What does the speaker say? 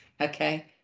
Okay